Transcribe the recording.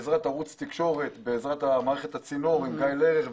בעזרת מערכת "הצינור" וגיא לרר,